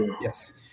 Yes